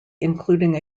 including